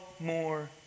more